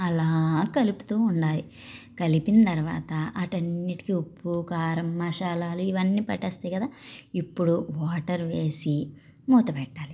అలా కలుపుతూ ఉండాలి కలిపిన తరువాత వాటన్నింటికీ ఉప్పు కారం మసాలాలు ఇవన్నీ పట్టేస్తాయి కదా ఇప్పుడు వాటర్ వేసి మూత పెట్టాలి